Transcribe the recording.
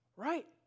Right